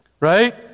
right